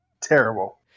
Terrible